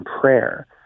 prayer